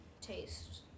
taste